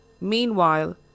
Meanwhile